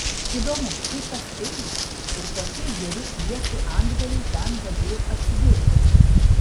įdomu kaip tas peilis ir tokie geri iečių antgaliai ten galėjo atsidurti